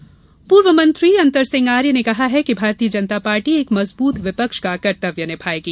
आर्य वचनपत्र पूर्व मंत्री अंतर सिंह आर्य ने कहा है कि भारतीय जनता पार्टी एक मजबूत विपक्ष का कर्तव्य निभाएगी